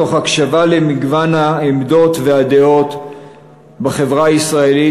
תוך הקשבה למגוון העמדות והדעות בחברה הישראלית,